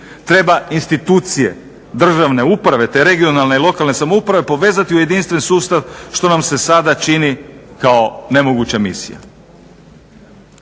treba institucije državne uprave, te regionalne i lokalne samouprave povezati u jedinstven sustav što nam se sada čini kao nemoguća misija.